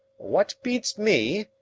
what beats me,